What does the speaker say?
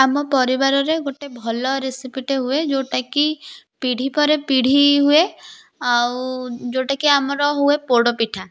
ଆମ ପରିବାରରେ ଗୋଟେ ଭଲ ରେସିପିଟେ ହୁଏ ଯେଉଁଟାକି ପିଢ଼ୀ ପରେ ପିଢ଼ୀ ହୁଏ ଆଉ ଯେଉଁଟାକି ଆମର ହୁଏ ପୋଡ଼ପିଠା